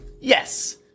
yes